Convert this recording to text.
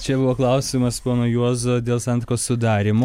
čia buvo klausimas pono juozo dėl santuokos sudarymo